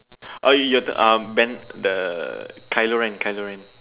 oh your turn uh Ben the Kyler-Rent Kyler-Rent